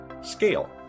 scale